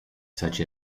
such